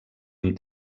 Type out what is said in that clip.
amb